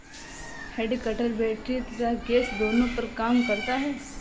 head cutter battery तथा gas दोनों पर काम करता है